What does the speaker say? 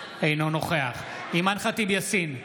אינו נוכח אימאן ח'טיב יאסין,